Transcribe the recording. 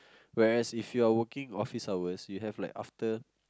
whereas if you are working office hours you have like after